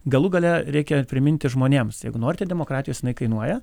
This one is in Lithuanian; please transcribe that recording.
galų gale reikia priminti žmonėms jeigu norite demokratijos jinai kainuoja